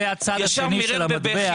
ישב מירר בבכי,